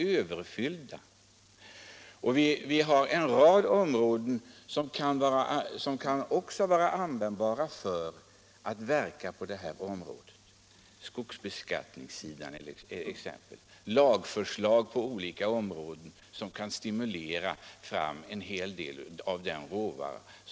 Men det finns en rad åtgärder som är användbara på det här området, t.ex. skogsbeskattningen och skärpt lagstiftning som bidrar till att få fram mera råvara.